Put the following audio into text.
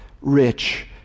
rich